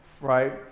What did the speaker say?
right